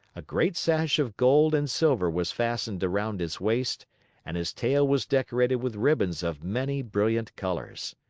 a great sash of gold and silver was fastened around his waist and his tail was decorated with ribbons of many brilliant colors.